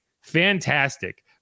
fantastic